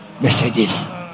Mercedes